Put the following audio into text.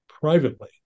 privately